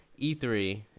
E3